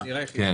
אין קשר.